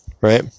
right